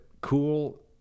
cool